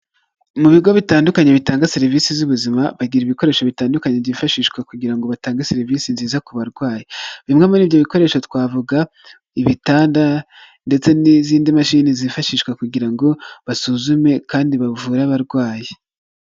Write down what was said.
Mu bigo bitandukanye bitanga serivisi z'ubuzima, bagira ibikoresho bitandukanye byifashishwa kugira ngo batange serivisi nziza ku barwayi. Bimwe muri ibyo bikoresho twavuga ibitanda ndetse n'izindi mashini zifashishwa kugira ngo basuzume kandi bavure abarwayi.